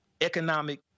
economic